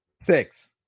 six